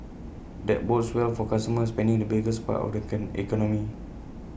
that bodes well for consumer spending the biggest part of the can economy